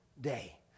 day